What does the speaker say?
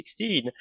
2016